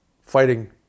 fighting